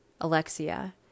Alexia